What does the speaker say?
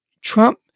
Trump